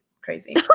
Crazy